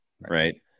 Right